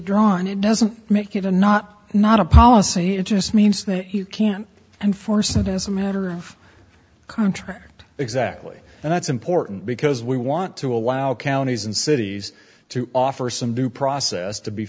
drawn it doesn't make it a not not a policy it just means that you can enforce it as a matter of contract exactly and that's important because we want to allow counties and cities to offer some due process to be